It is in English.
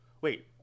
Wait